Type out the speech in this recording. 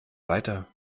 weiter